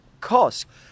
cost